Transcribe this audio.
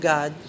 God